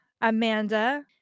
Amanda